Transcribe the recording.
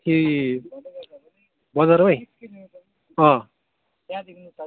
ए बजारमै अँ